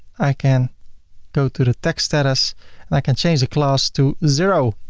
i can go to the tax status and i can change the class to zero,